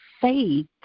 Faith